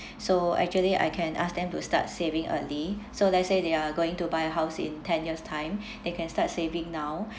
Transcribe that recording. so actually I can ask them to start saving early so let's say they are going to buy a house in ten years' time they can start saving now